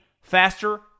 faster